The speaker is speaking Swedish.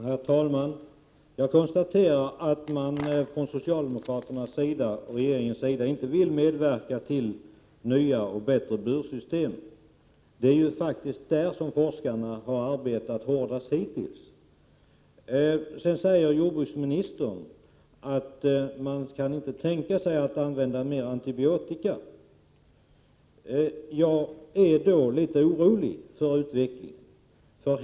Herr talman! Jag konstaterar att man från socialdemokraternas och regeringens sida inte vill medverka till nya och bättre bursystem. Men det är ju faktiskt i det avseendet som forskarna hittills har arbetat som intensivast. Jordbruksministern säger att man inte kan tänka sig att använda mer antibiotika. Men jag är litet orolig för utvecklingen.